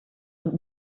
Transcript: und